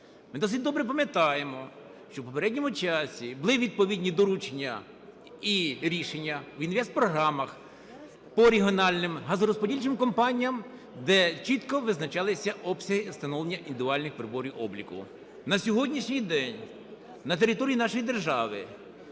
Ми досить добре пам'ятаємо, що в попередньому часі були відповідні доручення і рішення в інвестпрограмах по регіональним газорозподільчим компаніям, де чітко визначалися обсяги встановлення індивідуальних приборів обліку. На сьогоднішній день на території нашої держави